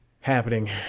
happening